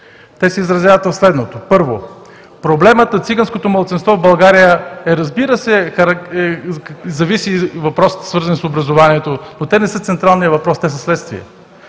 Те се изразяват в следното. Първо, проблемът на циганското малцинство в България, разбира се, зависи от въпросите, свързани с образованието, но те не са централният въпрос, те са следствие.